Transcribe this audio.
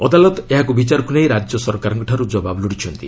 ଅଦାଲତ ଏହାକୁ ବିଚାରକୁ ନେଇ ରାଜ୍ୟ ସରକାରଙ୍କଠାର୍ ଜବାବ ଲୋଡ଼ିଛନ୍ତି